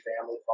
Family